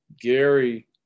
Gary